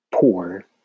poor